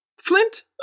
Flint